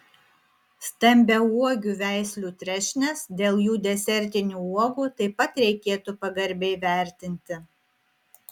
stambiauogių veislių trešnes dėl jų desertinių uogų taip pat reikėtų pagarbiai vertinti